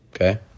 okay